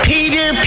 Peter